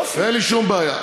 ואין לי שום בעיה.